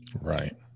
Right